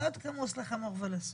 סוד כמוס לחמור ולסוס.